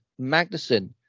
Magnussen